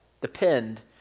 depend